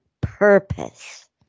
purpose